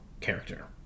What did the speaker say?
character